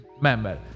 member